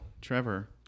Trevor